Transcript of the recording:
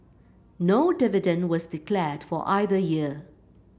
no dividend was declared for either year